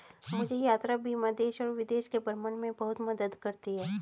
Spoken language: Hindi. मुझे यात्रा बीमा देश और विदेश के भ्रमण में बहुत मदद करती है